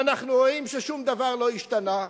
ואנחנו רואים ששום דבר לא השתנה,